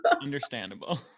Understandable